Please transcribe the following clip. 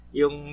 yung